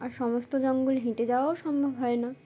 আর সমস্ত জঙ্গল হেঁটে যাওয়াও সম্ভব হয় না